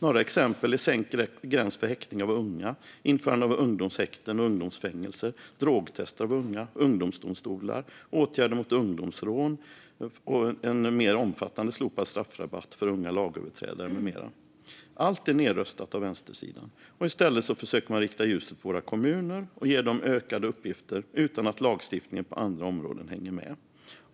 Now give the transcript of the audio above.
Några exempel är sänkt gräns för häktning av unga, införande av ungdomshäkten och ungdomsfängelser, drogtest av unga, ungdomsdomstolar, åtgärder mot ungdomsrån och en mer omfattande slopad straffrabatt för unga lagöverträdare. Allt är nedröstat av vänstersidan, och i stället försöker man att rikta ljuset på våra kommuner och ge dem ökade uppgifter utan att lagstiftningen på andra områden hänger med.